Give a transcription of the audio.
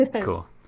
Cool